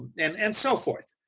and and so forth.